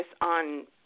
on